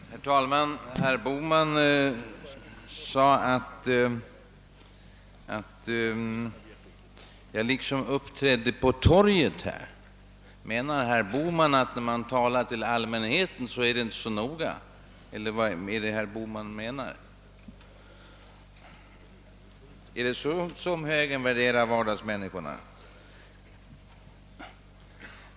Herr talman! Herr Bohman sade att jag liksom »uppträdde på torget». Menar herr Bohman att det inte är så noga när man talar till allmänheten, eller vad menar han? Är det så högern värderar = vardagsmänniskorna?